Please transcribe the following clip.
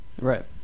Right